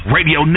Radio